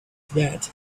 that